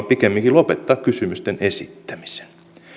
pikemminkin lopettaa kysymysten esittämisen